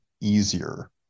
easier